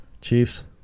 Chiefs